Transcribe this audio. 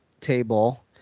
table